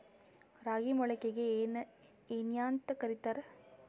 ರಾಗಿ ಮೊಳಕೆಗೆ ಏನ್ಯಾಂತ ಕರಿತಾರ?